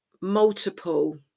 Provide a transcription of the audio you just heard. multiple